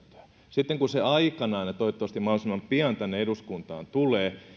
sitten kun se aikanaan ja toivottavasti mahdollisimman pian tänne eduskuntaan tulee